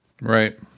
Right